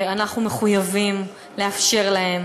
ואנחנו מחויבים לאפשר להם,